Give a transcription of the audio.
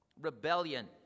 rebellion